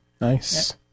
Nice